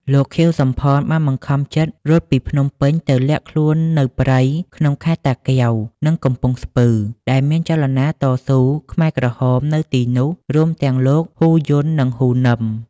លោក ខៀវ សំផន បានបង្ខំចិត្តរត់ពីភ្នំពេញទៅលាក់ខ្លួននៅព្រៃក្នុងខេត្តតាកែវ និងកំពង់ស្ពឺ ដែលមានចលនាតស៊ូខ្មែរក្រហមនៅទីនោះ រួមទាំងលោក ហ៊ូ យន់ និង ហ៊ូ នីម ។